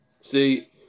See